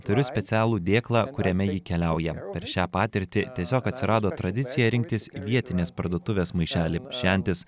turiu specialų dėklą kuriame ji keliauja per šią patirtį tiesiog atsirado tradicija rinktis vietinės parduotuvės maišelį ši antis